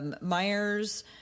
Myers